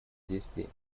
действий